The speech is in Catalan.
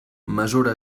mesura